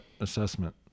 assessment